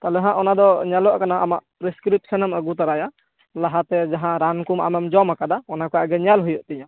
ᱛᱟᱦᱚᱞᱮ ᱦᱟᱸᱜ ᱚᱱᱟᱫᱚ ᱧᱮᱞᱚᱜ ᱠᱟᱱᱟ ᱯᱨᱮᱥᱠᱨᱤᱯᱥᱟᱱᱮᱢ ᱟᱹᱜᱩ ᱛᱚᱨᱟᱭᱟ ᱞᱟᱦᱟᱛᱮ ᱡᱟᱦᱟᱸ ᱨᱟᱱ ᱠᱚ ᱟᱢᱮᱢ ᱡᱚᱢᱟ ᱠᱟᱫᱟ ᱚᱱᱟᱠᱚ ᱟᱜᱮ ᱧᱮᱞ ᱦᱩᱭᱩᱜ ᱛᱤᱧᱟ